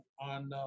on